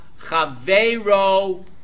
chavero